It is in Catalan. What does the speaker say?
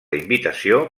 invitació